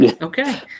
Okay